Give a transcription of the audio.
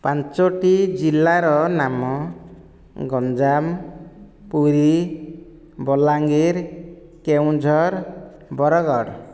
ପାଞ୍ଚଟି ଜିଲ୍ଲାର ନାମ ଗଞ୍ଜାମ ପୁରୀ ବଲାଙ୍ଗୀର କେଉଁଝର ବରଗଡ଼